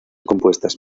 compuestas